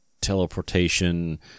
teleportation